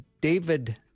David